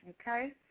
Okay